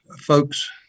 folks